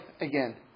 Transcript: again